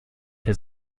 his